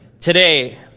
Today